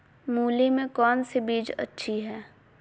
मूली में कौन सी बीज अच्छी है?